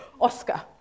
Oscar